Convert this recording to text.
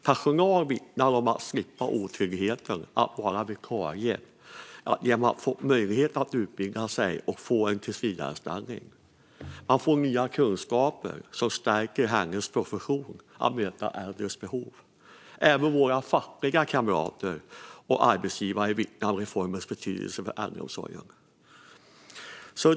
Personal vittnar om att man slipper otryggheten att vara vikarie genom att få möjlighet att utbilda sig och få en tillsvidareanställning. Man får nya kunskaper som stärker en i professionen att möta äldres behov. Även våra fackliga kamrater och arbetsgivare vittnar om reformens betydelse för äldreomsorgen.